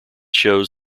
shows